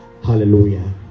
Hallelujah